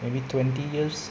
maybe twenty years